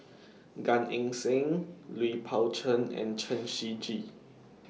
Gan Eng Seng Lui Pao Chuen and Chen Shiji